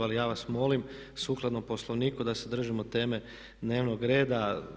Ali ja vas molim, sukladno Poslovniku da se držimo teme dnevnog reda.